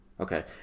okay